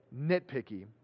nitpicky